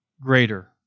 greater